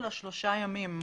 השלושה ימים.